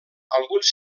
alguns